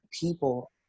people